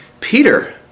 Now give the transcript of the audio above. Peter